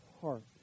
heart